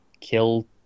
kill